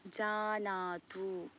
जानातु